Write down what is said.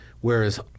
whereas